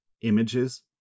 images